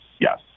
yes